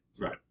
Right